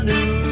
New